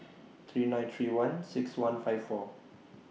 three nine three one six one five four